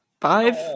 Five